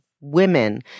women